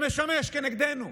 שמשמש כנגדנו.